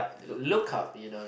look up you know